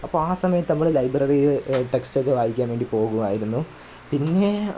അപ്പം ആ സമയത്തു നമ്മൾ ലൈബ്രറിയിൽ ടെക്സ്റ്റൊക്കെ വായിക്കാന് വേണ്ടി പോകുമായിരുന്നു പിന്നെ